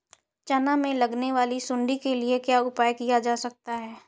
चना में लगने वाली सुंडी के लिए क्या उपाय किया जा सकता है?